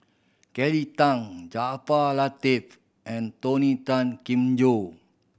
Kelly Tang Jaafar Latiff and Tony Tan Keng Joo